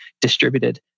distributed